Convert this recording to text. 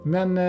Men